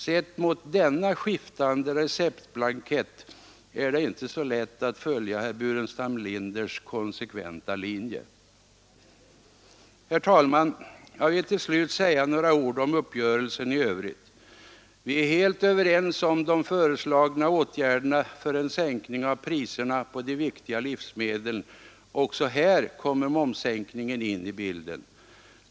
Sett mot denna skiftande receptblankett är det inte så lätt att följa herr Burenstam Linders konsekventa linje. Herr talman! Jag vill till slut säga några ord om uppgörelsen i övrigt. Vi är helt överens om de föreslagna åtgärderna för en sänkning av priserna på de viktigaste livsmedlen. Också här kommer momssänkningen in i bilden.